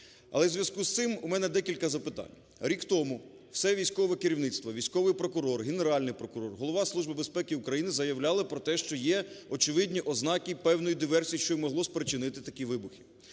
Але у зв'язку з цим у мене декілька запитань. Рік тому все військове керівництво: військовий прокурор, Генеральний прокурор, Голова Служби безпеки України заявляли про те, що є очевидні ознаки певної диверсії, що і могло спричинити такі вибухи.